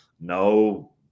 no